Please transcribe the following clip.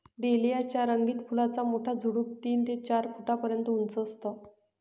dahlia च्या रंगीत फुलांचा मोठा झुडूप तीन ते चार फुटापर्यंत उंच असतं